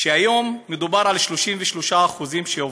היום מדובר על 33% שעובדות,